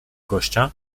gościa